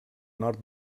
nord